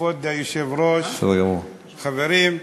כבוד היושב-ראש, חברים,